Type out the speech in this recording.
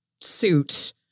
suit